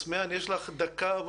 אסמהאן יש לך דקה.